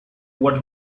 what